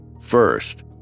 First